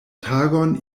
tagon